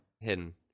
hidden